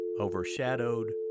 overshadowed